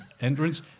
entrance